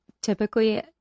typically